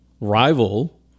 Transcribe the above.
rival